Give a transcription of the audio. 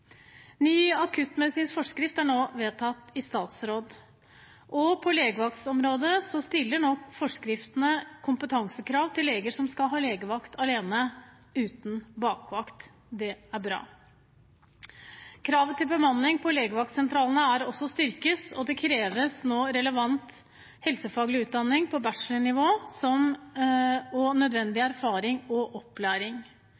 Ny akuttmedisinsk forskrift er nå vedtatt i statsråd. På legevaktområdet stiller nå forskriftene kompetansekrav til leger som skal ha legevakt alene, uten bakvakt. Det er bra. Kravet til bemanning på legevaktsentralene er også styrket, og det kreves nå relevant helsefaglig utdanning på bachelornivå og nødvendig erfaring og opplæring.